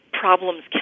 problems